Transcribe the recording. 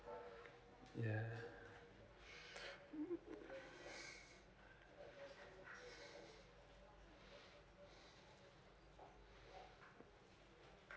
yeah